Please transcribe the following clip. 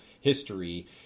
history